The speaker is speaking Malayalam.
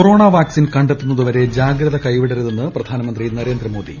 കൊറോണ വാക്സിൻ കണ്ടെത്തുന്നതുവരെ ജാഗ്രത കൈവിടരുതെന്ന് പ്രധാനമന്ത്രി നരേന്ദ്രമോദി